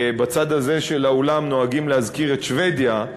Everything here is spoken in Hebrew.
בצד הזה של העולם נוהגים להזכיר את שבדיה,